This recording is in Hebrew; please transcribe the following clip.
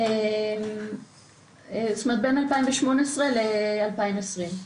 כלומר בין 2018 ל-2020.